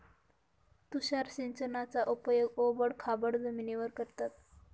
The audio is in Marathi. तुषार सिंचनाचा उपयोग ओबड खाबड जमिनीवर करतात